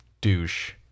douche